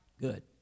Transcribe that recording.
Good